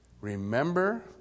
Remember